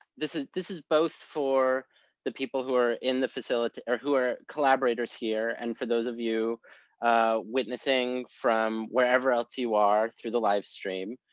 this is this is both for the people who are in the facility or who are collaborators here and for those of you witnessing from wherever else you are through the livestream.